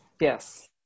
yes